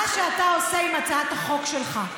מה שאתה עושה עם הצעת החוק שלך,